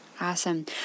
Awesome